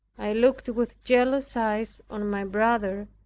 i looked with jealous eyes on my brother,